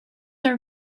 are